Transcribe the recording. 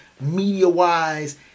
media-wise